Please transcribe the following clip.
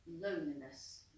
loneliness